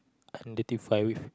identify with